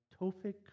Tofik